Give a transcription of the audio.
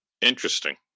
Interesting